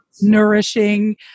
nourishing